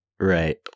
Right